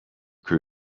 crew